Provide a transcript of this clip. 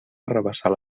arrabassar